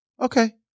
Okay